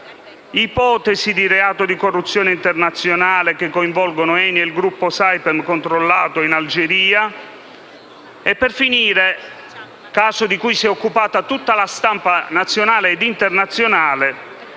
ipotesi di reato di corruzione internazionale che coinvolgono ENI e il gruppo Saipem, da essa controllato, in Algeria. Per finire, caso di cui si è occupata tutta la stampa nazionale e internazionale,